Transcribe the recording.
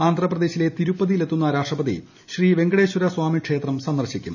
ആന്ധ്രപ്രദേശിലെ തിരുപ്പതിയിലെത്തുന്ന രാഷ്ട്രപതി ശ്രീ വെങ്കടേശ്വര സ്വാമി ക്ഷേത്രം സന്ദർശിക്കും